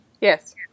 Yes